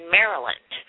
Maryland